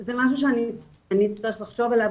זה משהו שאני אני אצטרך לחשוב עליו,